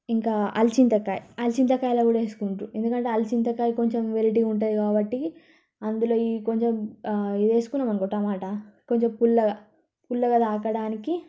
ఇంకా అల్ చింతకాయ్ అల్ చింతకాయలో కూడా ఏసుకుంటురు ఎందుకంటె అల్ చింతకాయ కొంచెం వెరైటీగా ఉంటుంది కాబట్టి అందులో ఈ కొంచెం ఇది వేసుకున్నాం అనుకో టమాటా కొంచెం పుల్లగా పుల్లగా తాకడానికి